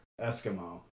Eskimo